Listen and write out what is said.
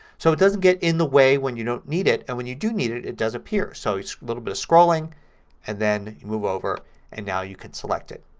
so it doesn't get in the way when you don't need it and when you do need it it does appear. so a little bit of scrolling and then you move over and now you can select it.